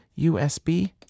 USB